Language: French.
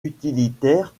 utilitaire